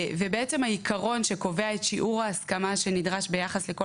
העיקרון שקובע את שיעור ההסכמה שנדרש ביחס לכל